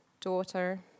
daughter